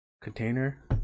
container